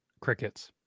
crickets